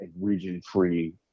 region-free